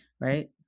right